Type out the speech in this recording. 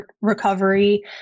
recovery